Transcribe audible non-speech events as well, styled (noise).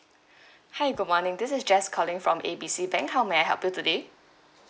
(breath) hi good morning this is jess calling from A B C bank how may I help you today